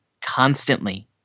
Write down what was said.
constantly